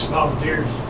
volunteers